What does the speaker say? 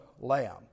lamb